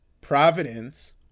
Providence